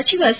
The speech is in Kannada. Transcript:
ಸಚಿವ ಸಿ